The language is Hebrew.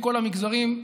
מכל המגזרים,